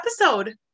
episode